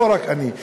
לא רק אני,